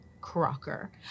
Crocker